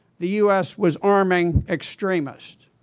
the u s. was arming extremists.